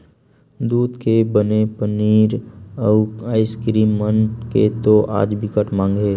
दूद के बने पनीर, अउ आइसकीरिम मन के तो आज बिकट माग हे